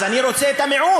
אז אני רוצה את המיעוט.